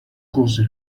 cosy